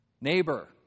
neighbor